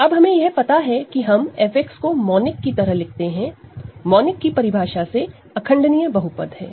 तो अब हमें यह पता है कि हम f को मोनिक की तरह लिखते हैं मोनिक की परिभाषा से इररेडूसिबल पॉलीनॉमिनल है